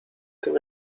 tym